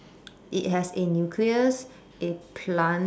it has a nucleus it plant